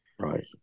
Right